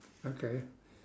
okay